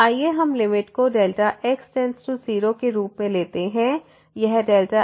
आइए हम लिमिट को x→0के रूप में लेते हैं यह x→0होगा